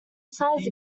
size